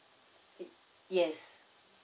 yes